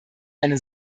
eine